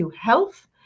Health